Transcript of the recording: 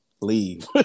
leave